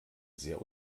sehr